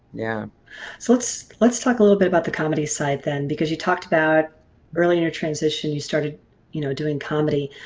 yeah so let's let's talk a little bit about the comedy side then because you talked about early in your transition you started you know doing comedy.